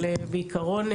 אבל בעיקרון,